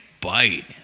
Bite